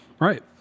Right